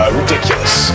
ridiculous